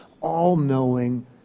all-knowing